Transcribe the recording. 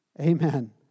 Amen